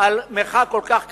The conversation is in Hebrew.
על מרחק כל כך קטן.